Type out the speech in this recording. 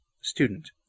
student